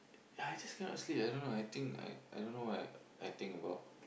yeah I just cannot sleep I don't know I think I I don't know what I think about